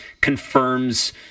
confirms